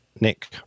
Nick